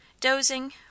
Dozing